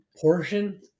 portion